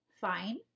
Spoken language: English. fine